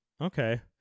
okay